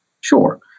sure